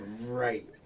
right